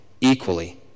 equally